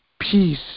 Peace